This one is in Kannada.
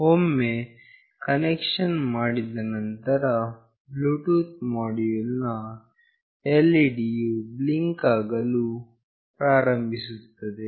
ಒಮ್ಮೆ ಕನೆಕ್ಷನ್ ಅನ್ನು ಮಾಡಿದ ನಂತರ ಬ್ಲೂಟೂತ್ ಮೋಡ್ಯುಲ್ ನ LED ಯು ಬ್ಲಿಂಕ್ ಆಗಲು ಆರಂಭಿಸುತ್ತದೆ